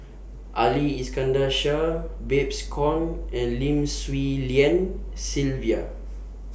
Ali Iskandar Shah Babes Conde and Lim Swee Lian Sylvia